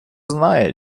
знає